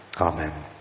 Amen